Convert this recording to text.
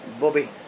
bobby